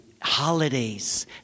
holidays